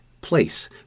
place